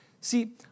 See